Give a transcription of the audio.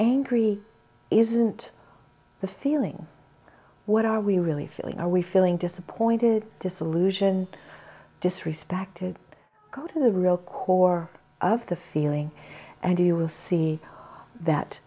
angry isn't the feeling what are we really feeling are we feeling disappointed disillusion disrespected go to the real core of the feeling and you will see that